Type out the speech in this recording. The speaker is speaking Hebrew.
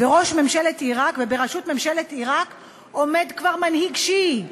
בראשות ממשלת עיראק עומד כבר מנהיג שיעי,